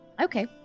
Okay